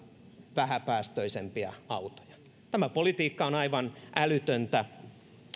vähäpäästöisempiä autoja tämä politiikka on aivan älytöntä